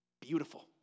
beautiful